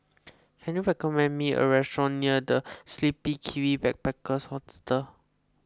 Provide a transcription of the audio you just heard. can you recommend me a restaurant near the Sleepy Kiwi Backpackers Hostel